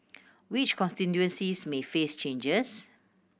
which constituencies may face changes